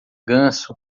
ganso